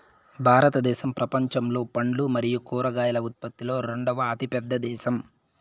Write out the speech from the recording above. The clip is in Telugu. భారతదేశం ప్రపంచంలో పండ్లు మరియు కూరగాయల ఉత్పత్తిలో రెండవ అతిపెద్ద దేశం